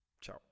ciao